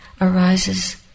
arises